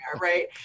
Right